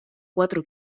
cuatro